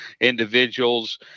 individuals